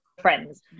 friends